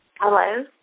Hello